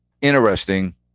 interesting